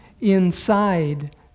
inside